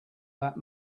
that